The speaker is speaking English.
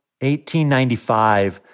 1895